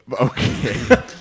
Okay